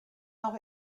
auch